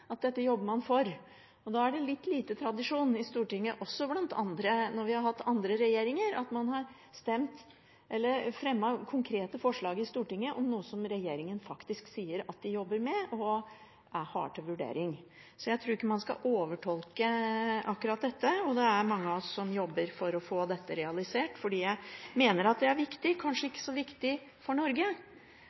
at dette jobber man for. Da er det litt lite tradisjon i Stortinget – også når vi har hatt andre regjeringer – for at man fremmer konkrete forslag om noe som regjeringen sier at de jobber med, og har til vurdering. Jeg tror ikke man skal overtolke akkurat dette, og det er mange av oss som jobber for å få dette realisert. Jeg mener det er viktig – kanskje ikke så viktig for Norge,